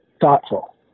thoughtful